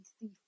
see